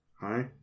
Hi